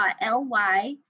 l-y